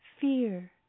fear